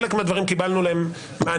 על חלק מהדברים קיבלנו מענה,